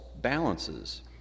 balances